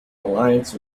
alliance